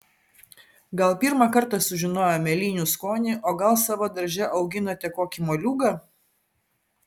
gal pirmą kartą sužinojo mėlynių skonį o gal savo darže auginate kokį moliūgą